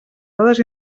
dades